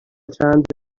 چند